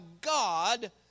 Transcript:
God